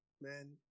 man